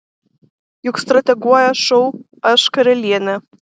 juk strateguoja šou aš karalienė